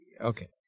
Okay